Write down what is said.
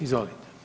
Izvolite.